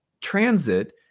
transit